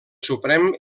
suprem